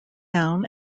down